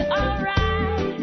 alright